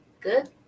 good